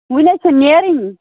وُنہِ حَظ چھِ نیرٕنۍ